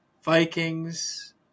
Vikings